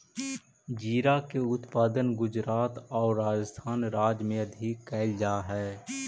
जीरा के उत्पादन गुजरात आउ राजस्थान राज्य में अधिक कैल जा हइ